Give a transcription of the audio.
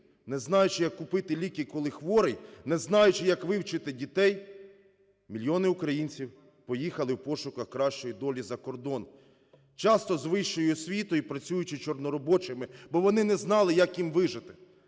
не знаючи, як купити ліки, коли хрий, не знаючи, як вивчити дітей, мільйони українців поїхали в пошуках кращої долі за кордон. Часто з вищою освітою і працюючи чорноробочими, бо вони не знали, як їм вижити.